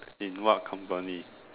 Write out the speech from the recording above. in what company